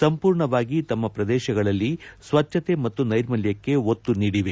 ಸಂಪೂರ್ಣವಾಗಿ ತಮ್ಮ ಪ್ರದೇಶಗಳಲ್ಲಿ ಸ್ವಚ್ಛತೆ ಮತ್ತು ನೈರ್ಮಲ್ಯಕ್ಕೆ ಒತ್ತು ನೀಡಿವೆ